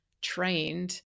trained